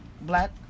black